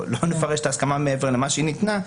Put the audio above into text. לא נפרש את ההסכמה מעבר למה שהיא ניתנה,